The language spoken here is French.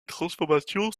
transformations